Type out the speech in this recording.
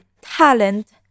talent